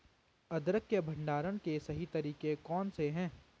अदरक के भंडारण के सही तरीके कौन से हैं?